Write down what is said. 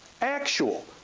actual